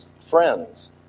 friends